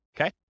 Okay